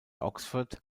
oxford